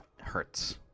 hurts